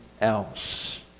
else